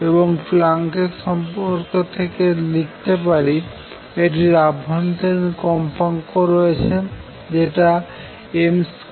এবং প্লাঙ্ক এর সম্পর্ক দ্বারা লিখতে পারি এটির অভ্যন্তরীণ কম্পাঙ্ক রয়েছে যেটা mc2hদেয়